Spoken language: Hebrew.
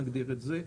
נגדיר את זה,